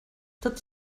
tot